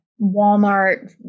Walmart